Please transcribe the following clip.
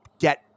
get